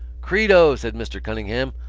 credo! said mr. cunningham.